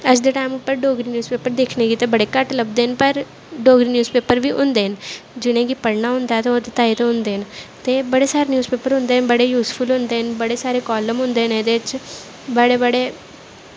ते अज्ज दे टैम उप्पर डोगरी न्यूज़ पेपर दिक्खने गी ते बड़े घट्ट लभदे न पर डोगरी न्यूज़ पेपर बी होंदे न जि'नें गी पढ़ना होंदा ऐ ते ओह्दे तांहीं गै होंदे न ते बड़े सारे न्यूज़ पेपर होंदे बड़े यूसफुल होंदे न बड़े सारे कॉलम होंदे न एह्दे च बड़े बड़े